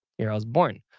year i was born.